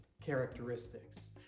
characteristics